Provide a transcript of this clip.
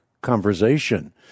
conversation